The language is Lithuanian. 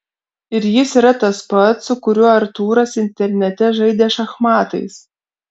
ir jis yra tas pats su kuriuo artūras internete žaidė šachmatais